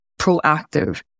proactive